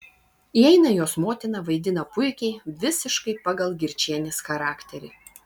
įeina jos motina vaidina puikiai visiškai pagal girčienės charakterį